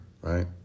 right